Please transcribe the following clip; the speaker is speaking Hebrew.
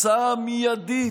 התוצאה המיידית,